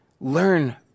Learn